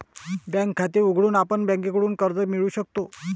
bank खाते उघडून आपण बँकेकडून कर्ज मिळवू शकतो